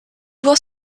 was